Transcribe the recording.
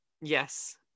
Yes